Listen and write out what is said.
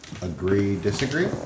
Agree-disagree